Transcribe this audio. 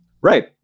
Right